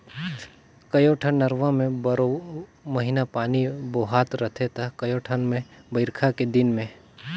कयोठन नरूवा में बारो महिना पानी बोहात रहथे त कयोठन मे बइरखा के दिन में